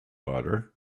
butter